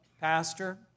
pastor